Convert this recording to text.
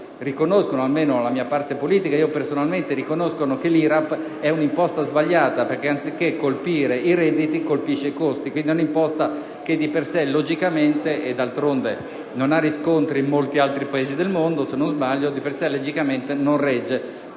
io personalmente - che l'IRAP è un'imposta sbagliata, perché anziché colpire i redditi, colpisce i costi; quindi è un'imposta che di per sé logicamente non regge